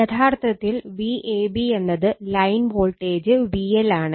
യഥാർത്ഥത്തിൽ Vab എന്നത് line voltage VL ആണ്